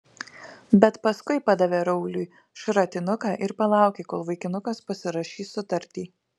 bet paskui padavė rauliui šratinuką ir palaukė kol vaikinukas pasirašys sutartį